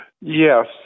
Yes